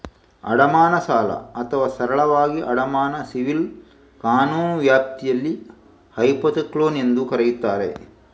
ಅಡಮಾನ ಸಾಲ ಅಥವಾ ಸರಳವಾಗಿ ಅಡಮಾನ ಸಿವಿಲ್ ಕಾನೂನು ನ್ಯಾಯವ್ಯಾಪ್ತಿಯಲ್ಲಿ ಹೈಪೋಥೆಕ್ಲೋನ್ ಎಂದೂ ಕರೆಯುತ್ತಾರೆ